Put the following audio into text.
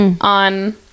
on